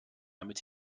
damit